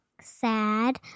sad